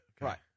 Right